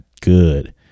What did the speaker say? good